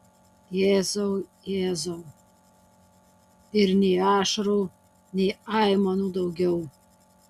jėzau jėzau ir nei ašarų nei aimanų daugiau